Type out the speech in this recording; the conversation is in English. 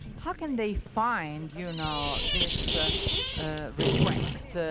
how can they find you know this ah ah request